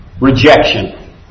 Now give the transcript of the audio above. Rejection